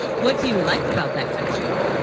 what do you like, about that country